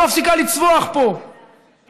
שלא מפסיקה לצווח פה,